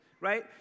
Right